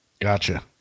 Gotcha